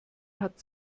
hat